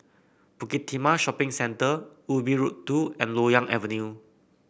Bukit Timah Shopping Centre Ubi Road Two and Loyang Avenue